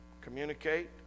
communicate